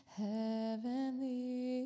heavenly